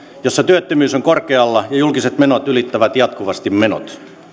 jossa työttömyys on korkealla ja julkiset menot ylittävät jatkuvasti tulot